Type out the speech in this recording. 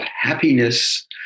happiness